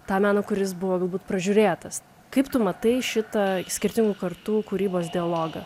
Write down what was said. tą meną kuris buvo galbūt pražiūrėtas kaip tu matai šitą skirtingų kartų kūrybos dialogą